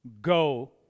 Go